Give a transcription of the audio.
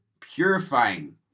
purifying